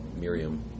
Miriam